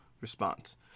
response